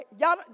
Y'all